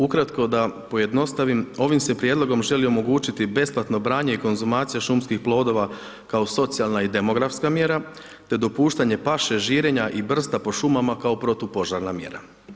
Ukratko da pojednostavim, ovim se prijedlogom želi omogućiti besplatno branje i konzumacija šumskih plodova kao socijalna i demografska mjera, te dopuštanje paše, žirenja i brsta po šumama kao protupožarna mjera.